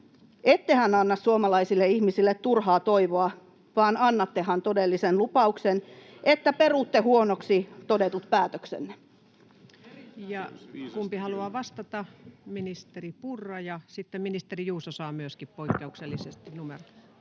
Ettehän anna suomalaisille ihmisille turhaa toivoa, vaan annattehan todellisen lupauksen, että perutte huonoiksi todetut päätöksenne? Kumpi haluaa vastata? — Ministeri Purra, ja sitten ministeri Juuso saa myöskin poikkeuksellisesti vuoron.